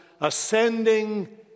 ascending